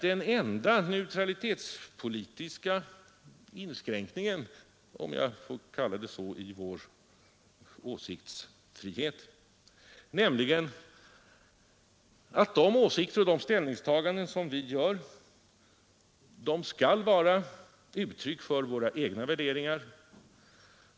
Den enda neutralitetspolitiska inskränkningen — om jag får kalla det så — i vår åsiktsfrihet är att de åsikter vi för fram och de ställningstaganden som vi gör skall vara uttryck för våra egna värderingar.